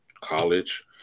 college